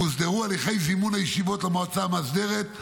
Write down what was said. הוסדרו הליכי זימון הישיבות למועצה המאסדרת,